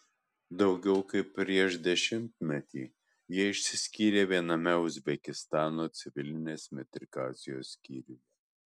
daugiau kaip prieš dešimtmetį jie išsiskyrė viename uzbekistano civilinės metrikacijos skyriuje